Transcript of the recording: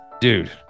Dude